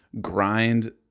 grind